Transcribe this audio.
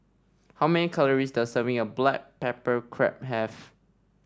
how many calories does a serving of Black Pepper Crab have